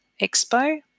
expo